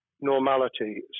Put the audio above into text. normality